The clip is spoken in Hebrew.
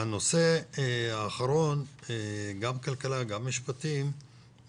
הנושא האחרון, גם כלכלה וגם משפטים.